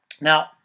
Now